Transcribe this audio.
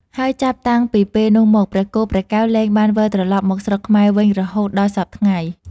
ហើយចាប់តាំងពីពេលនោះមក ព្រះគោព្រះកែវលែងបានវិលត្រឡប់មកស្រុកខ្មែរវិញរហូតដល់សព្វថ្ងៃ។